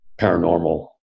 paranormal